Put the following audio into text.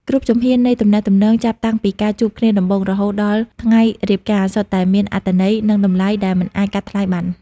គ្រប់ជំហាននៃទំនាក់ទំនងចាប់តាំងពីការជួបគ្នាដំបូង រហូតដល់ថ្ងៃរៀបការ សុទ្ធតែមានអត្ថន័យ និងតម្លៃដែលមិនអាចកាត់ថ្លៃបាន។